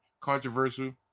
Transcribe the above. Controversial